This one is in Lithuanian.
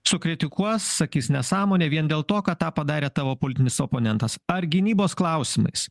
sukritikuos sakys nesąmonė vien dėl to kad tą padarė tavo politinis oponentas ar gynybos klausimais